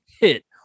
hit